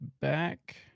back